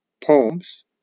poems